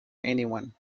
anyone